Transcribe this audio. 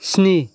स्नि